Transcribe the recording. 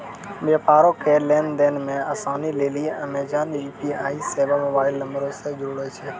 व्यापारो के लेन देन मे असानी लेली अमेजन यू.पी.आई सेबा मोबाइल नंबरो से जोड़ै छै